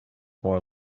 more